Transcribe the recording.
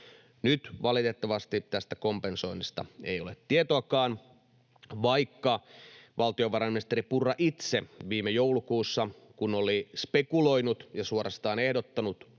Nyt valitettavasti tästä kompensoinnista ei ole tietoakaan. Vaikka valtiovarainministeri Purra itse viime joulukuussa, kun oli spekuloinut ja suorastaan ehdottanut